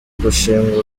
gushinga